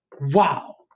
Wow